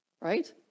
Right